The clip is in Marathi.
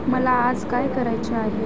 मला आज काय करायचे आहे